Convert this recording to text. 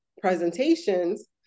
presentations